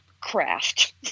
craft